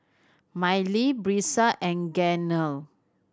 Mylee Brisa and Gaynell